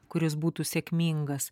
kuris būtų sėkmingas